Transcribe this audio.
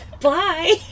Bye